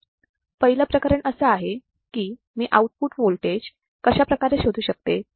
पहिल प्रकरण असं आहे की मी आउटपुट वोल्टेज कशाप्रकारे शोधू शकते